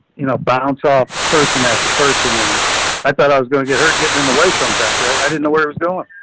you know, bounce off person after person. and i thought i was going to get hurt getting in the way sometimes yeah i didn't know where it was going.